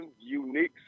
unique